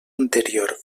anterior